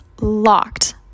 locked